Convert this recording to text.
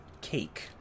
cake